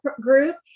group